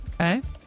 Okay